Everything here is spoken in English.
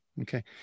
Okay